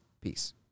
Peace